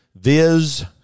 viz